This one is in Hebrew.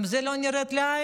גם זה לא נראה לעין.